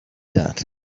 that